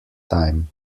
time